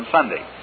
Sunday